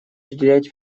уделять